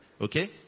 Okay